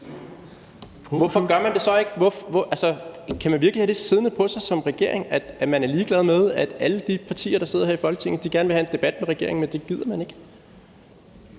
Hvorfor gør man det så ikke? Altså, kan man virkelig have det siddende på sig som regering, at man er ligeglad med, at alle de partier, der sidder her i Folketinget, gerne vil have en debat med regeringen, men det gider man ikke?